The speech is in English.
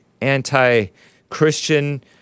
anti-Christian